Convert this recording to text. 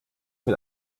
mit